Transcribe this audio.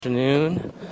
afternoon